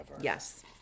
yes